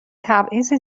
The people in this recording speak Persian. تبعیض